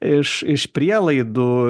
iš iš prielaidų